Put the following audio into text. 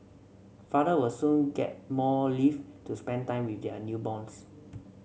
father will soon get more leave to spend time with their newborns